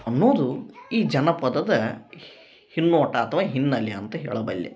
ಅನ್ನೋದು ಈ ಜನಪದದ ಹಿನ್ನೋಟ ಅಥವಾ ಹಿನ್ನೆಲೆ ಅಂತ ಹೇಳಬಲ್ಲೆ